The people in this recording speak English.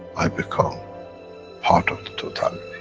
i become part of the totality.